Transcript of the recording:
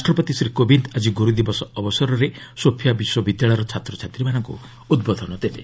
ରାଷ୍ଟ୍ରପତି ଶ୍ରୀ କୋବିନ୍ଦ୍ ଆକି ଗୁରୁଦିବସ ଅବସରରେ ସୋଫିଆ ବିଶ୍ୱବିଦ୍ୟାଳୟର ଛାତ୍ରଛାତ୍ରୀମାନଙ୍କୁ ଉଦ୍ବୋଧନ ଦେବେ